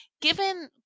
given